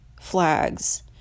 flags